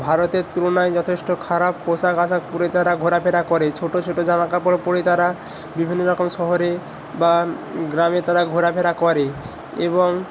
ভারতের তুলনায় যথেষ্ট খারাপ পোশাক আশাক পরে তারা ঘোরাফেরা করে ছোটো ছোটো জামা কাপড় পরে তারা বিভিন্ন রকম শহরে বা গ্রামে তারা ঘোরাফেরা করে এবং